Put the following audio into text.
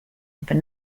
but